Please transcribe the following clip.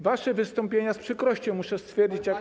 Wasze wystąpienia, z przykrością muszę stwierdzić, jako.